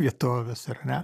vietovės ar ne